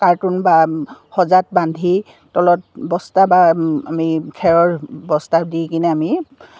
carton বা সজাত বান্ধি তলত বস্তা বা আমি খেৰৰ বস্তা দি কিনে আমি